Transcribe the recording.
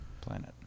planet